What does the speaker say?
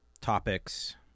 topics